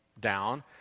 down